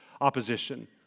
opposition